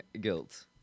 guilt